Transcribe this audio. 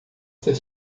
ser